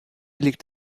liegt